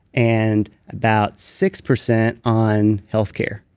and about six percent on healthcare.